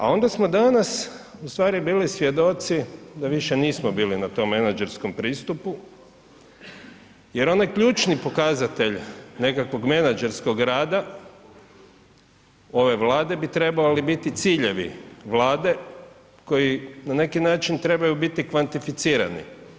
A onda smo danas ustvari bili svjedoci da više nismo bili na tom menadžerskom pristupu jer onaj ključni pokazatelj nekakvog menadžerskog rada ove Vlade bi trebali biti ciljevi Vlade koji na neki način trebaju biti kvantificirani.